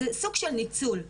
זה סוג של ניצול.